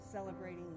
Celebrating